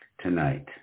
tonight